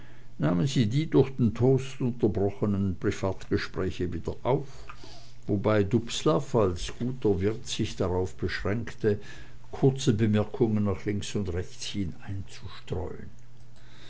die durch den toast unterbrochenen privatgespräche wieder auf wobei dubslav als guter wirt sich darauf beschränkte kurze bemerkungen nach links und rechts hin einzustreuen